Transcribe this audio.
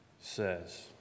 says